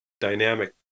dynamic